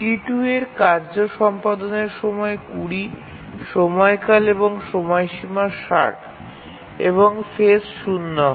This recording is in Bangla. T2 এর কার্য সম্পাদনের সময় ২০ সময়কাল এবং চূড়ান্ত সময়সীমা ৬০ এবং ফেজ ০ হয়